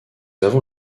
avons